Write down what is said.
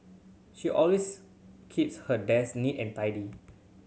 she always keeps her desk neat and tidy